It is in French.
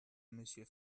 monsieur